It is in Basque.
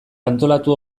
antolatu